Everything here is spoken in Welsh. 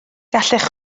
gallech